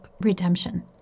redemption